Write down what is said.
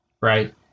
right